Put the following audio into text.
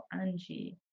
Angie